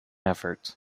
efforts